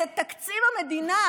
את תקציב המדינה,